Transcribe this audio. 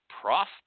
Prof